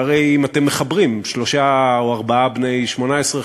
שהרי אם אתם מחברים שלושה או ארבעה בני 18,